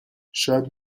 شاید